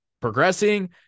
progressing